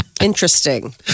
Interesting